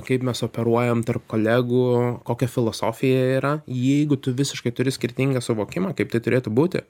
kaip mes operuojam tarp kolegų kokia filosofija yra jeigu tu visiškai turi skirtingą suvokimą kaip tai turėtų būti